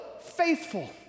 faithful